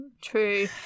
true